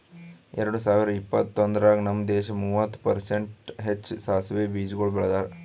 ಎರಡ ಸಾವಿರ ಇಪ್ಪತ್ತೊಂದರಾಗ್ ನಮ್ ದೇಶ ಮೂವತ್ತು ಪರ್ಸೆಂಟ್ ಹೆಚ್ಚು ಸಾಸವೆ ಬೀಜಗೊಳ್ ಬೆಳದಾರ್